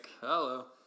Hello